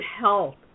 health